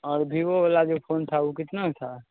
और भीवो वाला जो फ़ोन था उ कितने का था